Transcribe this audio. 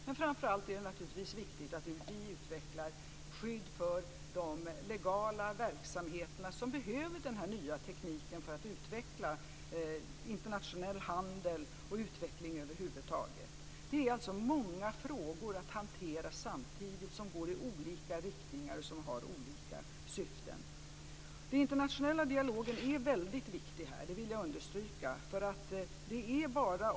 Men framför allt är det naturligtvis viktigt att vi utvecklar skydd för de legala verksamheter som behöver denna nya teknik för att utveckla internationell handel och för utveckling över huvud taget. Det är alltså många frågor att hantera samtidigt som går i olika riktningar och som har olika syften. Den internationella dialogen är väldigt viktig i detta sammanhang - det vill jag understryka.